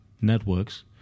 networks